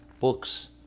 books